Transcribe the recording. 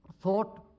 thought